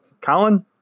Colin